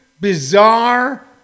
bizarre